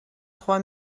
trois